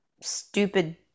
stupid